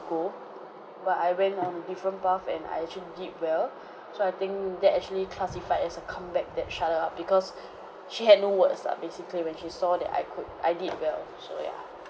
go but I went on different path and I actually did well so I think that actually classified as a comeback that shut her up because she had no words lah basically when she saw that I could I did well so yeah